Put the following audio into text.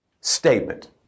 statement